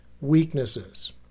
weaknesses